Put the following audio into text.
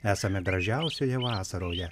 esame gražiausioje vasaroje